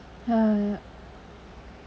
ya ya